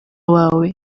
wawe